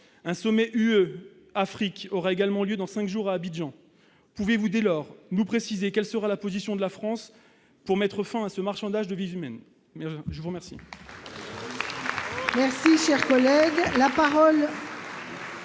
et l'Afrique aura également lieu dans cinq jours à Abidjan. Pouvez-vous, dès lors, nous préciser quelle sera la position de la France visant à mettre fin à ce marchandage de vies humaines ?